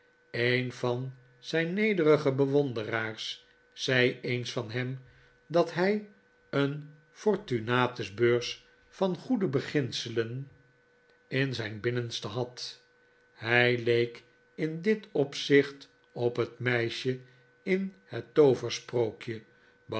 een van zijn nederige bewonderaars zei eens van hem dat hij een fortunatus beurs van goede beginselen in zijn binnenste had hij leek in dit opzicht op het meisje in het